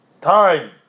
time